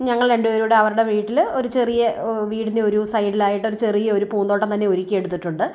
ഞങ്ങൾ രണ്ടുപേരുടെ അവരുടെ വീട്ടിൽ ഒരു ചെറിയ വീടിന്റെ ഒരു സൈഡിലായിട്ടൊരു ഒരു ചെറിയ ഒരു പൂന്തോട്ടം തന്നെ ഒരുക്കി എടുത്തിട്ടുണ്ട്